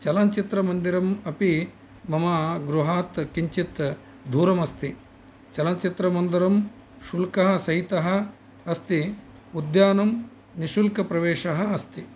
चलनचित्रमन्दिरम् अपि मम गृहात् किञ्चित् दूरम् अस्ति चलच्चित्रमन्दिरं शुल्कः सहितः अस्ति उद्यानं निःशुल्कप्रवेशः अस्ति